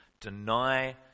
deny